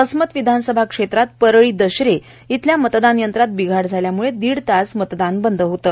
वसमत विधानसभा क्षेत्रात परळी दशरे इथल्या मतदान यंत्रात बिघाड झाल्याम्ळे दीड तास मतदान बंद होतं